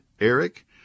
Eric